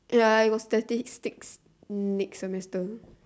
ya I got statistics next semester